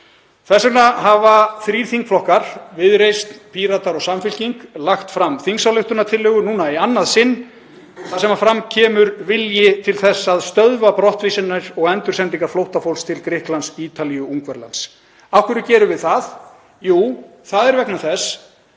Þess vegna hafa þrír þingflokkar, Viðreisn, Píratar og Samfylking, lagt fram þingsályktunartillögu, núna í annað sinn, þar sem fram kemur vilji til þess að stöðva brottvísanir og endursendingar flóttafólks til Grikklands, Ítalíu og Ungverjalands. Af hverju gerum við það? Jú, það er vegna þess